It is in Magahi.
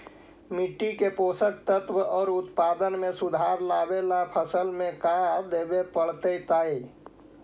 मिट्टी के पोषक तत्त्व और उत्पादन में सुधार लावे ला फसल में का देबे पड़तै तै?